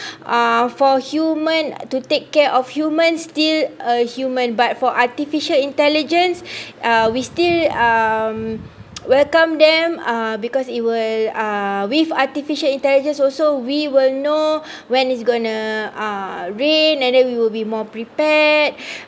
uh for human to take care of human still a human but for artificial intelligence uh we still um welcome them uh because it will uh with artificial intelligence also we will know when it's going to uh rain and then we will be more prepared